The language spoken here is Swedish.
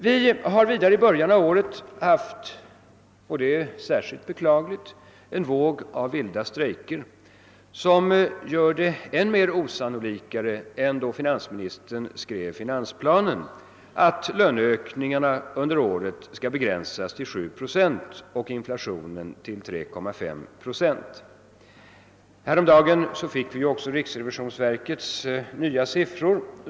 Vi har vidare i början av året haft — och det är särskilt beklagligt — en våg av vilda strejker, som nu gör det än mer osannolikt, än då finansministern skrev finansplanen, att löneökningarna under året skall begränsas till 7 procent och inflationen till 3,5 procent. Häromdagen fick vi också riksrevisionsverkets nya siffror.